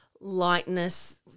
lightness